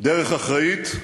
דרך אחראית,